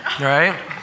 right